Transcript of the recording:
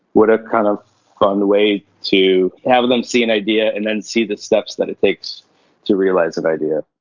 what a kind of fun way to have them see an idea and then see the steps that it takes to realize that idea.